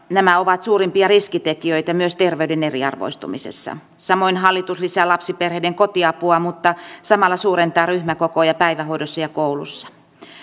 nämä ovat suurimpia riskitekijöitä myös terveyden eriarvoistumisessa samoin hallitus lisää lapsiperheiden kotiapua mutta samalla suurentaa ryhmäkokoja päivähoidossa ja koulussa